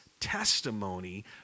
testimony